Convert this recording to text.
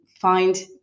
find